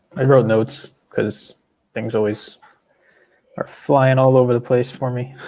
i wrote notes cause things always are flyin' all over the place for me.